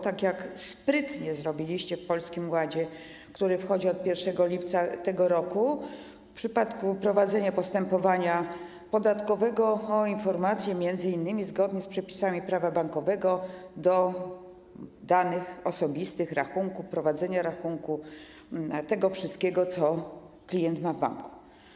Tak jak sprytnie zrobiliście w Polskim Ładzie, który wchodzi od 1 lipca tego roku, w przypadku prowadzenia postępowania podatkowego chodzi tu o informacje odnoszące się m.in., zgodnie z przepisami Prawa bankowego, do danych osobistych, rachunków, prowadzenia rachunku, tego wszystkiego, co klient ma w banku.